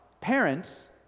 Parents